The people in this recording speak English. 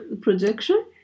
Projection